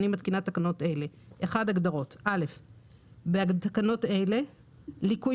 אני מתקינה תקנות אלה: הגדרות בתקנות אלה - "ליקוי